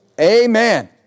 Amen